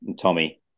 Tommy